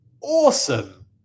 Awesome